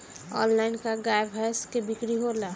Online का गाय भैंस क बिक्री होला?